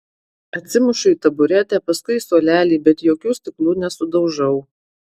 atsimušu į taburetę paskui suolelį bet jokių stiklų nesudaužau